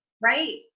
Right